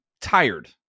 tired